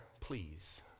please